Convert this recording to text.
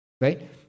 right